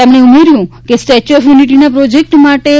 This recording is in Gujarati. તેમણે ઉમેર્યું કે સ્ટેચ્યુ ઓફ યુનિટીના પ્રોજેક્ટ માટે રૂ